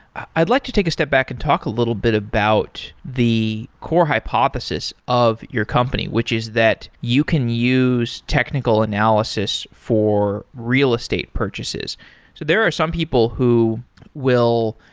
i'd like to step back and talk a little bit about the core hypothesis of your company, which is that you can use technical analysis for real-estate purchases. so there are some people who will,